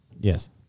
Yes